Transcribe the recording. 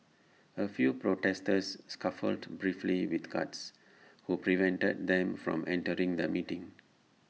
A few protesters scuffled briefly with guards who prevented them from entering the meeting